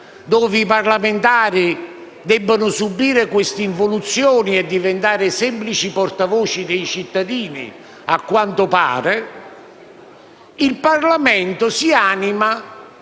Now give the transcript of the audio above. dove i parlamentari debbono subire questa involuzione e diventare semplici portavoce dei cittadini (a quanto pare), il Parlamento si anima